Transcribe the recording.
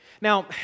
Now